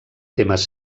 temes